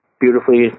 Beautifully